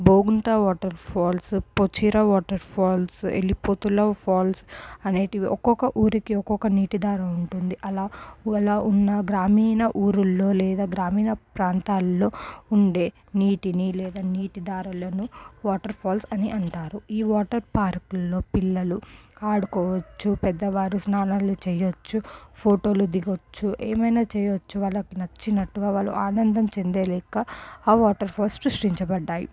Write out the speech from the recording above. Bogunta water falls Pochera water falls వెళ్లిపోతుల falls అనేటిది ఒక్కొక్క ఊరికి ఒక్కొక్క నీటి ద్వారా ఉంటుంది అలా ఒకవేళ ఉన్న గ్రామీణ ఊర్లల్లో లేదా గ్రామీణ ప్రాంతాల్లో ఉండే నీటిని లేదా నీటి దారులను వాటర్ ఫాల్స్ అని అంటారు ఈ వాటర్ పార్కుల్లో పిల్లలు ఆడుకోవచ్చు పెద్దవారు స్నానాలు చేయొచ్చు ఫోటోలు దిగొచ్చు ఏమైనా చేయొచ్చు వాళ్ళు నచ్చినట్టు వాళ్ళు ఆనందంగా చెందే లెక్క ఆ వాటర్ ఫాల్స్ సృష్టించబడ్డాయి